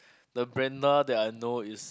the blender that I know is